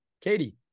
katie